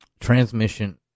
transmission